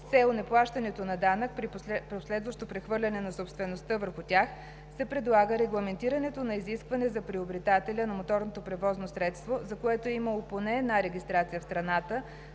с цел неплащането на данък при последващо прехвърляне на собствеността върху тях, се предлага регламентирането на изискване за приобретателя на моторното превозно средство, за което е имало поне една регистрация в страната,